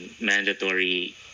mandatory